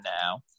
now